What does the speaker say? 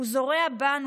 הוא זורע בנו,